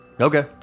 Okay